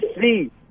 see